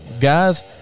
guys